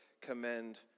commend